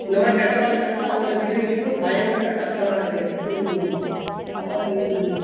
இந்தமாதிரி கெட்டப்பழக்கத்துலேர்ந்து அவங்கள விடிவிக்கிறதுக்கு பயங்கர கஷ்டமாருக்கு அப்பறம்